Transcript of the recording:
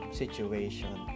situation